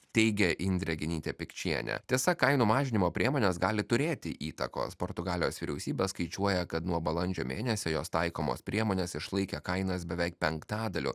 teigė indrė genytė pikčienė tiesa kainų mažinimo priemonės gali turėti įtakos portugalijos vyriausybė skaičiuoja kad nuo balandžio mėnesio jos taikomos priemonės išlaikė kainas beveik penktadaliu